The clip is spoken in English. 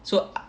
so